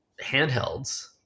handhelds